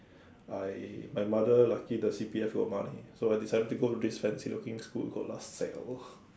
I my mother lucky the C_P_F got money so I decided to go to this fancy looking school called Laselle